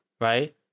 Right